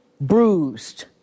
bruised